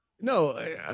no